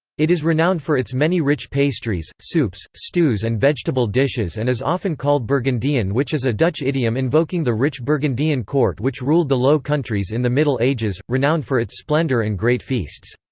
it is renowned for its many rich pastries, soups, stews and vegetable dishes and is often called burgundian which is a dutch idiom invoking the rich burgundian court which ruled the low countries in the middle ages, renowned for its splendor and great feasts.